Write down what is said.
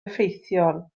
effeithiol